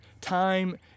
time